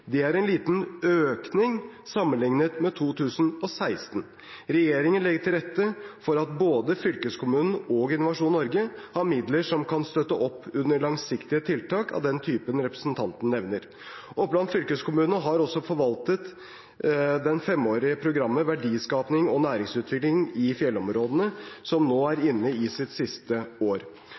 Det er en liten økning sammenlignet med 2016. Regjeringen legger til rette for at både fylkeskommunen og Innovasjon Norge har midler som kan støtte opp under langsiktige tiltak av den typen representanten nevner. Oppland fylkeskommune har også forvalteransvar for det femårige programmet Verdiskaping og næringsutvikling i fjellområdene, som nå er inne i sitt siste år.